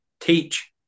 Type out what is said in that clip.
teach